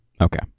Okay